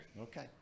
Okay